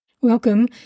Welcome